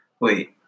Wait